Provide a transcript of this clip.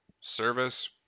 service